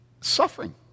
suffering